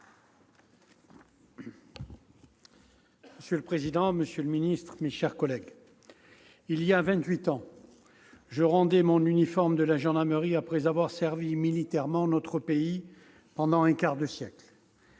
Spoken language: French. Monsieur le président, monsieur le ministre, mes chers collègues, il y a vingt-huit ans, je rendais mon uniforme de la gendarmerie après avoir servi militairement notre pays pendant un quart de siècle.